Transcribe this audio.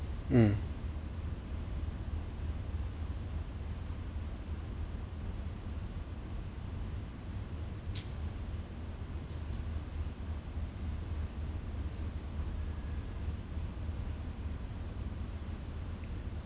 mm